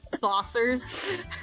saucers